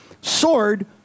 sword